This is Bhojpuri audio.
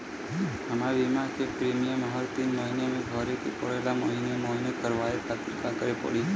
हमार बीमा के प्रीमियम हर तीन महिना में भरे के पड़ेला महीने महीने करवाए खातिर का करे के पड़ी?